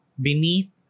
beneath